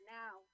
now